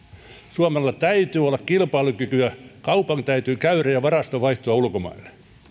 suomella täytyy olla kilpailukykyä kaupan täytyy käydä ulkomaille ja varaston vaihtua